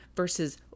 versus